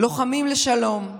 לוחמים לשלום,